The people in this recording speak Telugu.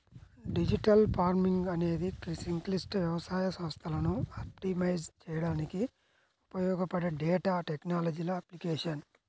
డిజిటల్ ఫార్మింగ్ అనేది సంక్లిష్ట వ్యవసాయ వ్యవస్థలను ఆప్టిమైజ్ చేయడానికి ఉపయోగపడే డేటా టెక్నాలజీల అప్లికేషన్